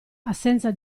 assenza